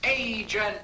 Agent